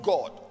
God